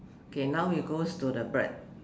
can now we goes to the bird